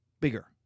bigger